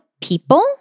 people